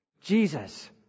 Jesus